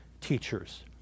teachers